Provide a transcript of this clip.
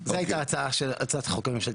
זו הייתה הצעת החוק הממשלתית,